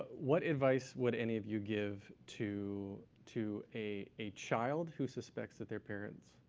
what advice would any of you give to to a a child who suspects that their parents,